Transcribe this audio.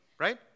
right